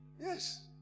yes